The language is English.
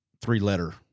Three-letter